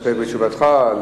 להסתפק בתשובתך?